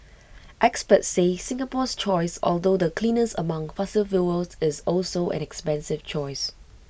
experts say Singapore's choice although the cleanest among fossil fuels is also an expensive choice